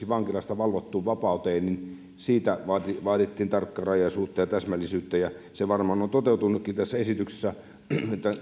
vankilasta valvottuun vapauteen siinä vaadittiin tarkkarajaisuutta ja täsmällisyyttä se varmaan on toteutunutkin tässä esityksessä tämä